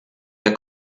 der